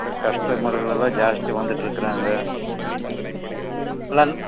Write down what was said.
கஸ்டமர்களெல்லாம் ஜாஸ்தி வந்துட்டுருக்கிறாங்க